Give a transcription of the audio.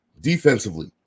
Defensively